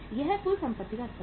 यह कुल संपत्ति का स्तर है